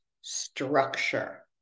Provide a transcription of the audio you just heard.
structure